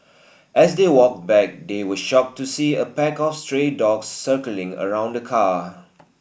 as they walked back they were shocked to see a pack of stray dogs circling around the car